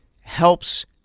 helps